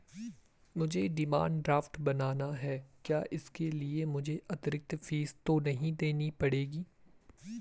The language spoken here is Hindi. मुझे डिमांड ड्राफ्ट बनाना है क्या इसके लिए मुझे अतिरिक्त फीस तो नहीं देनी पड़ेगी?